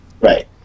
Right